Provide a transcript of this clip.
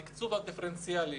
התקצוב הדיפרנציאלי.